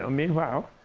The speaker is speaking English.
ah meanwhile,